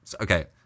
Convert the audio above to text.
okay